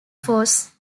force